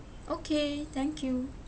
okay thank you